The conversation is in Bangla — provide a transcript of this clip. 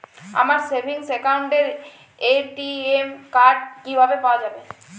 আমার সেভিংস অ্যাকাউন্টের এ.টি.এম কার্ড কিভাবে পাওয়া যাবে?